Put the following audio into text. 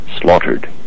slaughtered